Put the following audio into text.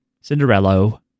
Cinderella